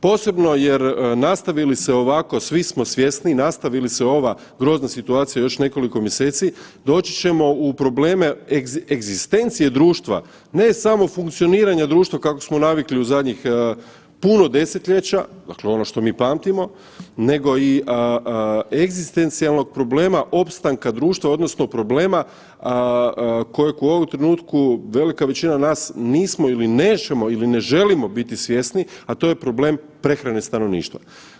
Posebno jer nastavi li se ovako, svi smo svjesni, nastavili se ova grozna situacija još nekoliko mjeseci doći ćemo u probleme egzistencije društva, ne samo funkcioniranja društva kako smo navikli u zadnjih puno desetljeća, dakle ono što mi pamtimo, nego i egzistencijalnog problema opstanka društva odnosno problema kojeg u ovom trenutku nismo ili nećemo ili ne želimo biti svjesni, a to je problem prehrane stanovništva.